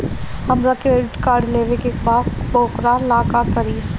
हमरा credit card लेवे के बा वोकरा ला का करी?